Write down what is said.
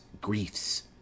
griefs